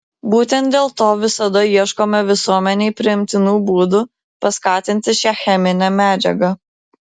būtent dėl to visada ieškome visuomenei priimtinų būdų paskatinti šią cheminę medžiagą